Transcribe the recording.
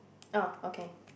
oh okay